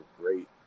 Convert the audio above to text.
great